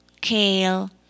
kale